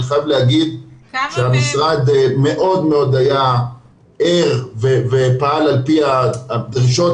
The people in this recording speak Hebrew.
אני חייב להגיד שהמשרד היה מאוד ער ופעל על פי הדרישות,